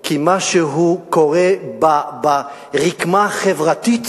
כי משהו קורה ברקמה החברתית.